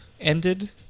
ended